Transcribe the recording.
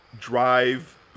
drive